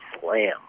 slam